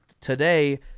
today